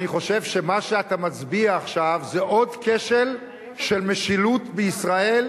אני חושב שמה שאתה מצביע עליו עכשיו זה עוד כשל של משילות בישראל.